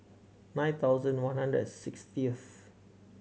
nine thousand one hundred Sixtieth